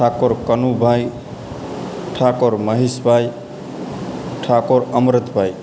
Thakor Kanubhai Thakor Maheshbhai Thakor Amratbhai